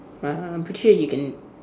uh I'm pretty sure you can